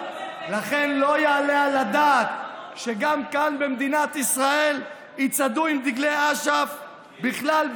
לכן לא יעלה על הדעת שגם כאן במדינת ישראל יצעדו עם דגלי אש"ף בכלל,